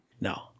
No